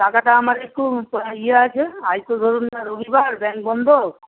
টাকাটা আমার একটু ইয়ে আছে আজকে ধরুন না রবিবার ব্যাংক বন্ধ